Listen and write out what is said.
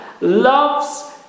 loves